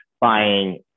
buying